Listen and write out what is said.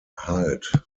halt